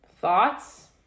Thoughts